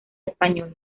español